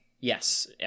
Yes